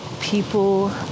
people